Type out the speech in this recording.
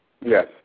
Yes